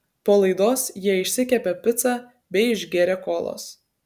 po laidos jie išsikepė picą bei išgėrė kolos